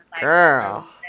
girl